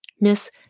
Miss